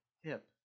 hip